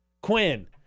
Quinn